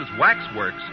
Waxworks